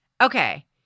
Okay